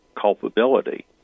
culpability